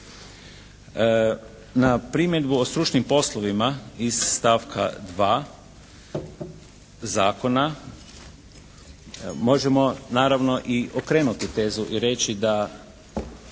Na primjedbu o stručnim poslovima iz stavka 2. zakona možemo naravno i okrenuti tezu i reći da